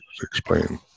explain